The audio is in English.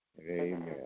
Amen